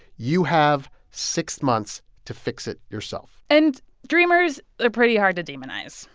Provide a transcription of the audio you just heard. you have six months to fix it yourself and dreamers are pretty hard to demonize.